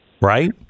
Right